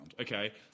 okay